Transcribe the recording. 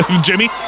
Jimmy